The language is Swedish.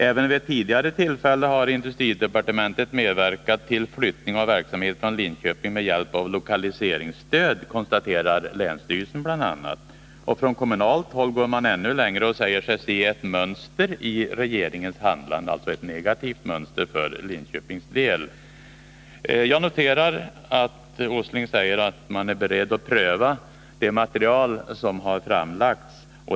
Även vid tidigare tillfällen har industridepartementet medverkat till flyttning av verksamhet från Linköping med hjälp av lokaliseringsstöd, konstaterar 59 länsstyrelsen bl.a. Från kommunalt håll går man ännu längre och säger sig se ett mönster i regeringens handlande — ett negativt mönster för Linköpings del. Jag noterar att herr Åsling säger att regeringen är beredd att pröva det material som framlagts.